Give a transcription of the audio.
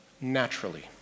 naturally